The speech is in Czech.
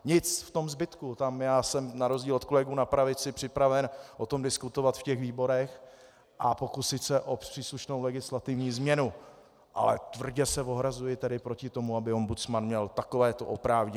Nic v tom zbytku, tam já jsem na rozdíl od kolegů na pravici připraven o tom diskutovat ve výborech a pokusit se o příslušnou legislativní změnu, ale tvrdě se ohrazuji tedy proti tomu, aby ombudsman měl takovéto oprávnění!